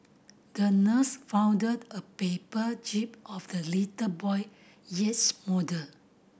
the nurse folded a paper jib of the little boy yacht model